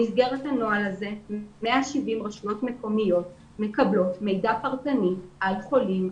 במסגרת הנוהל הזה 170 רשויות מקומיות מקבלות מידע פרטני על חולים,